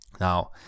Now